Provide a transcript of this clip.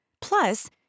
Plus